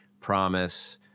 promise